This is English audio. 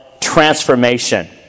transformation